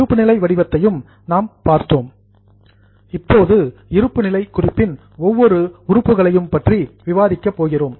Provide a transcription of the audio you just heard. இருப்புநிலை வடிவத்தையும் நாம் பார்த்தோம் இப்போது இருப்புநிலை குறிப்பின் ஒவ்வொரு உறுப்புகளையும் பற்றி விவாதிக்க இருக்கிறோம்